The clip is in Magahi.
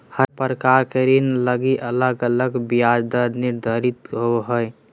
हर प्रकार के ऋण लगी अलग अलग ब्याज दर निर्धारित होवो हय